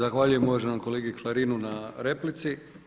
Zahvaljujem uvaženom kolegi Klarinu na replici.